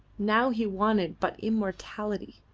now he wanted but immortality,